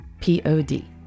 P-O-D